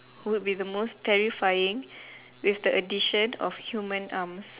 would be the most terrifying with the addition of human arms